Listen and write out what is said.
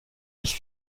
ich